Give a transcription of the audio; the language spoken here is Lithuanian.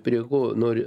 prie ko noriu